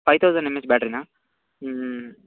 five thousand M H ಬ್ಯಾಟ್ರಿನಾ ಹ್ಞೂ